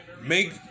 make